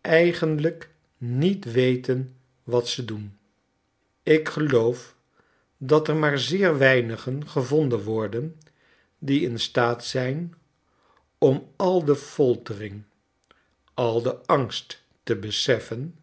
eigenlijk niet weten wat ze doen ik geloof dat er maar zeer weinigen gevonden worden die in staat zijn ora al de foltering al den angst te beseffen